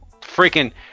Freaking